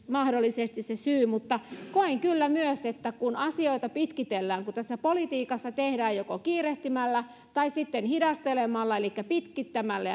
mahdollisesti se syy mutta koen kyllä myös että kun asioita pitkitellään kun politiikassa tehdään päätöksiä joko kiirehtimällä tai sitten hidastelemalla elikkä pitkittämällä